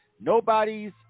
Nobody's